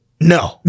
No